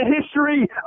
history